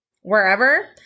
wherever